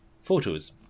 photos